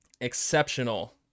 exceptional